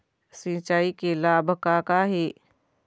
सिचाई के लाभ का का हे?